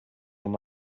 and